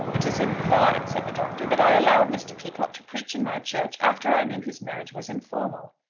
it is implied, said the doctor, that i allowed mr. peacocke to preach in my church after i knew his marriage was informal.